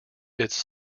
its